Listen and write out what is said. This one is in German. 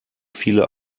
viele